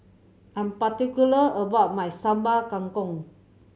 I'm particular about my Sambal Kangkong